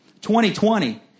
2020